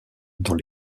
dans